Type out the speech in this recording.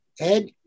Ed